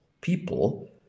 people